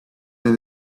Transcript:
than